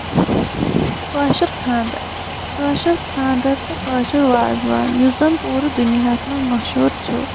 کٲشُر خانٛدر کٲشُر خانٛدر تہٕ کٲشُر وازوان یُس زَن پوٗرٕ دُنیاہَس منٛز مَشہوٗر چھُ